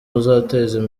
uzateza